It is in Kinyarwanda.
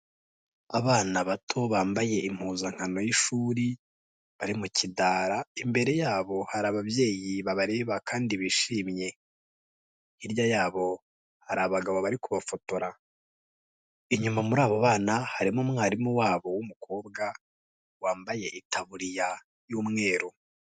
Abana bato bambaye impuzankano y'ishuri bari mu kidara, imbere yabo hari ababyeyi babareba kandi bishimye. Hirya yabo hari abagabo bari kubafotora. Inyuma muri abo bana harimo umwarimu wabo w'umukobwa wambaye itabuririya y'umweru.